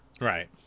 Right